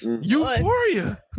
Euphoria